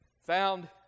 found